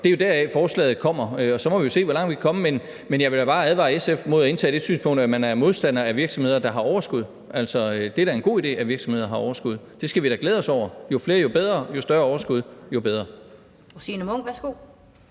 det er jo deraf, forslaget kommer, og så må vi jo se, hvor langt vi kan komme. Men jeg vil da bare advare SF mod at indtage det synspunkt, at man er modstander af virksomheder, der har overskud. Det er da en god idé, at virksomheder har overskud – det skal vi da glæde os over. Jo flere, jo bedre – jo større overskud, jo bedre.